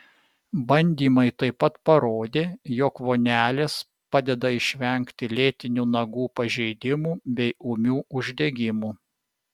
bandymai taip pat parodė jog vonelės padeda išvengti lėtinių nagų pažeidimų bei ūmių uždegimų